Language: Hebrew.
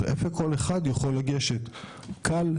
איפה כל אחד יכול לגשת קל,